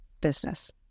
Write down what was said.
business